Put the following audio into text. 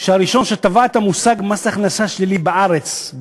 שהראשון שטבע את המושג "מס הכנסה שלילי" בארץ,